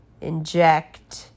inject